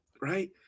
right